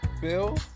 Bill